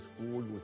school